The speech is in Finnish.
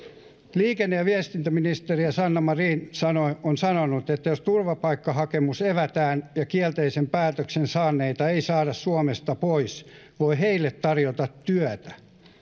liikenne ja viestintäministeri sanna marin on sanonut että jos turvapaikkahakemus evätään ja kielteisen päätöksen saaneita ei saada suomesta pois voi heille tarjota työtä